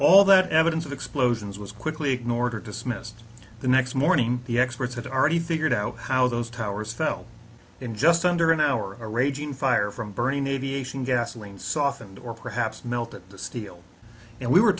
all that evidence of explosions was quickly ignored or dismissed the next morning the experts had already figured out how those towers fell in just under an hour a raging fire from burning aviation gasoline softened or perhaps melt the steel and we were